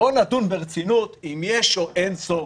בואו נדון ברצינות אם יש או אין צורך,